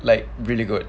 like really good